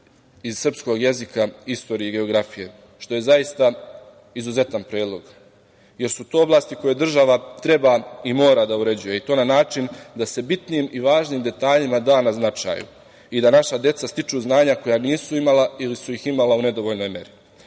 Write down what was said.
iz srpskog jezika, istorije i geografije, što je zaista izuzetan predlog, jer su to oblasti koje država treba i mora da uređuje, i to na način da se bitnim i važnim detaljima da na značaju i da naša deca stiču znanja koja nisu imala ili su ih imala u nedovoljnoj